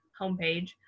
homepage